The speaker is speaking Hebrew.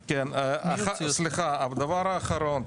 סליחה, דבר אחרון.